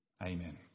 Amen